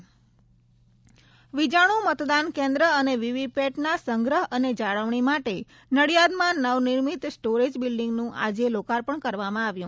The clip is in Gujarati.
ઇવીએમ સ્ટોરેજ ખેડા વિજાણુ મતદાન કેન્દ્ર અને વીવીપેટના સંગ્રહ અને જાળવણી માટે નડીયાદમાં નવનિર્મિત સ્ટોરેજ બિલ્ડીંગનું આજે લોકાર્પણ કરવામાં આવ્યું